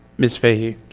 ms. fahey?